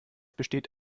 besteht